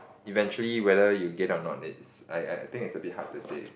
eventually whether you get it or not it's I I think is a bit hard to say